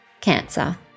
Cancer